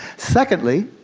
secondly,